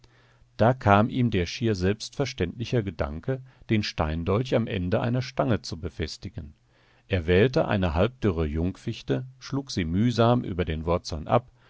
da kam ihm der schier selbstverständliche gedanke den steindolch am ende einer stange zu befestigen er wählte eine halbdürre jungfichte schlug sie mühsam über den wurzeln ab